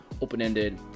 open-ended